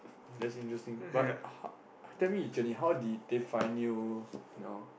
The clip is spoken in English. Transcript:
that's interesting but ha~ tell me actually how did they find you you know